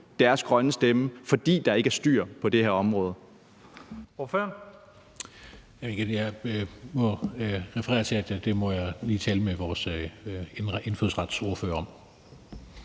deres grønne stemme, fordi der ikke er styr på det her område.